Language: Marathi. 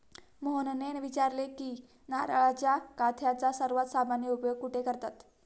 मोहनने विचारले की नारळाच्या काथ्याचा सर्वात सामान्य उपयोग कुठे करतात?